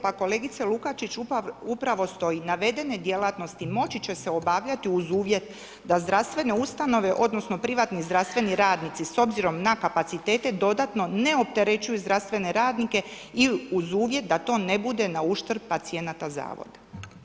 Pa kolegice Lukačić, upravo stoji, navedene djelatnosti moći će se obavljati uz uvjet da zdravstvene ustanove odnosno privatni zdravstveni radnici s obzirom na kapacitete dodatno ne opterećuju zdravstvene radnike i uz uvjet da to ne bude nauštrb pacijenata zavoda.